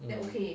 mm